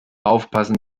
aufpassen